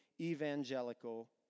evangelical